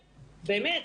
באמת,